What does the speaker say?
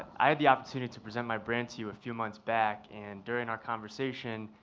i had the opportunity to present my brand to you a few months back. and during our conversation,